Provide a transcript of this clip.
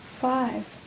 five